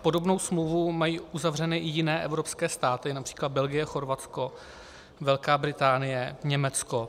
Podobnou smlouvu mají uzavřenu i jiné evropské státy, např. Belgie, Chorvatsko, Velká Británie, Německo.